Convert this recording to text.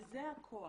וזה הכוח.